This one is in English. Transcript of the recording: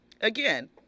again